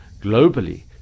globally